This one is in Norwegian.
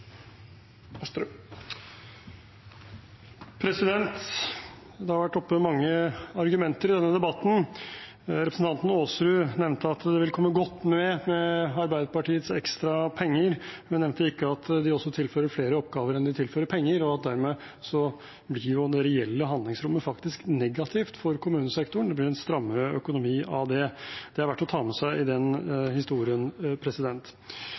Det har vært mange argumenter oppe i denne debatten. Representanten Aasrud nevnte at det vil komme godt med med de ekstra pengene fra Arbeiderpartiet, men nevnte ikke at de også tilfører flere oppgaver enn de tilfører penger, og at det reelle handlingsrommet dermed faktisk blir negativt for kommunesektoren. Det blir en strammere økonomi av det. Det er verdt å ta med seg i den